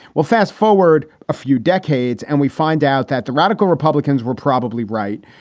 well, fast forward a few decades and we find out that the radical republicans were probably right.